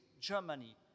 Germany